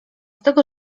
tego